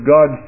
God